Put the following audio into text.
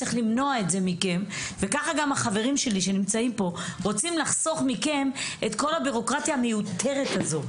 אנחנו רוצים לחסוך מכם את כל הבירוקרטיה המיותרת הזו.